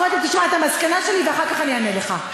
קודם תשמע את המסקנה שלי ואחר כך אני אענה לך.